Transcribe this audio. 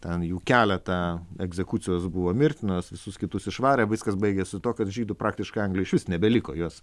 ten jų keletą egzekucijos buvo mirtinos visus kitus išvarė viskas baigėsi tuo kad žydų praktiškai anglijoj išvis nebeliko juos